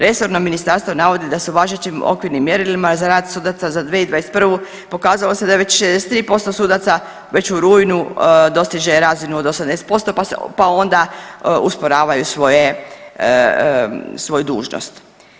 Resorno ministarstvo navodi da se važećim okvirnim mjerilima za rad sudaca za 2021. pokazalo se da je već 63% sudaca već u rujnu dostiže razinu od 80% pa onda usporavaju svoju dužnost.